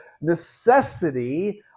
necessity